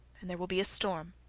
and there will be a storm